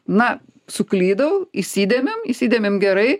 na suklydau įsidėmim įsidėmim gerai